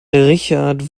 richard